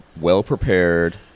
well-prepared